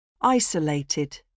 Isolated